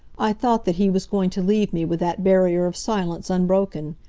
i thought that he was going to leave me with that barrier of silence unbroken.